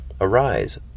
Arise